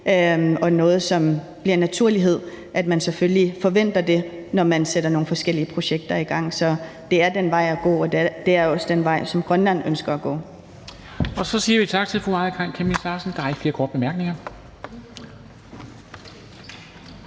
og noget, som bliver en naturlighed: at man selvfølgelig forventer det, når man sætter nogle forskellige projekter i gang. Så det er den vej, man skal gå, og det er også den vej, som Grønland ønsker at gå. Kl. 21:01 Formanden (Henrik Dam Kristensen): Så siger vi tak til fru Aaja Chemnitz Larsen. Der er ikke flere korte bemærkninger.